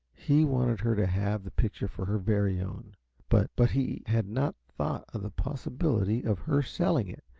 he wanted her to have the picture for her very own but but he had not thought of the possibility of her selling it,